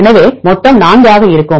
எனவே மொத்தம் 4 ஆக இருக்கும்